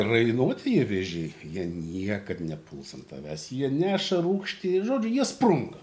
rainuotieji vėžiai jie niekad nepuls ant tavęs jie neša rūgštį žodžiu jie sprunka